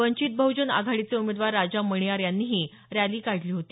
वंचित बहुजन आघाडीचे उमेदवार राजा मणियार यांनीही रॅली काढली होती